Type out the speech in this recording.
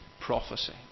prophecy